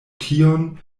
tion